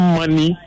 money